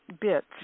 bits